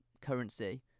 currency